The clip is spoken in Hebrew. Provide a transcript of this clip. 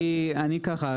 אני ככה,